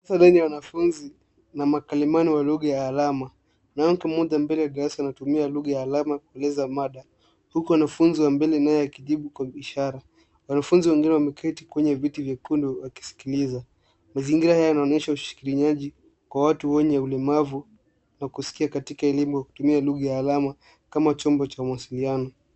Darasa lenye wanafunzi na makalamani wa lugha ya alama. Kuna mtu mmoja mbele ya darasa anatumia lugha ya alama kueleza mada huku mwanafunzi wa mbele naye akijibu kwa ishara. Wanafunzi wengine wamekati kwenye viti vyekundu wakisikiliza. Mazingira haya yanaonyesha ushirikiaji kwa watu wenye ulemavu wa kusikia katika elimu ya kutumia lugha ya alama kama chombo cha mwasiliano.